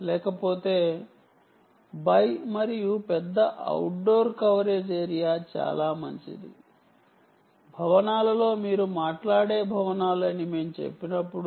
లేకపోతే outdoor coverage ఎక్కువగా ఉండడం చాలా మంచిది